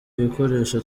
ibikoresho